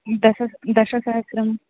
दश दशसहस्रम्